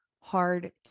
hard